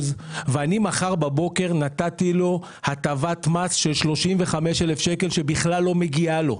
ואני מחר בבוקר אתן לו הטבת מס של 35,000 ₪ שבכלל לא מגיעה לו.